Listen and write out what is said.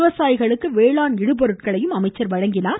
விவசாயிகளுக்கு வேளாண் இடுபொருட்களையும் அவர் வழங்கினார்